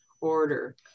order